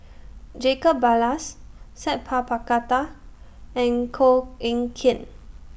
Jacob Ballas Sat Pal Khattar and Koh Eng Kian